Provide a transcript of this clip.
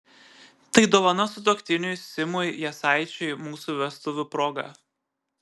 tai dovana sutuoktiniui simui jasaičiui mūsų vestuvių proga